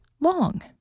long